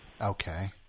Okay